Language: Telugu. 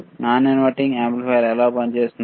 నాన్ ఇన్వర్టింగ్ యాంప్లిఫైయర్ ఎలా పనిచేస్తుంది